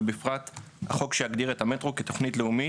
ובפרט החוק שיגדיר את המטרו כתוכנית לאומית,